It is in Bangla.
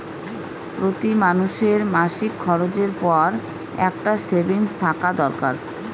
প্রতি মানুষের মাসিক খরচের পর একটা সেভিংস থাকা দরকার